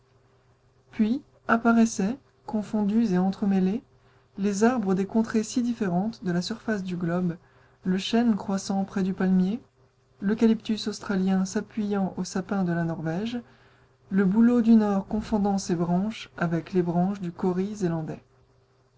puis apparaissaient confondus et entremêlés les arbres des contrées si différentes de la surface du globe le chêne croissant près du palmier l'eucalyptus australien s'appuyant au sapin de la norwége le bouleau du nord confondant ses branches avec les branches du kauris zélandais